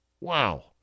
Wow